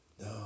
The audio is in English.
no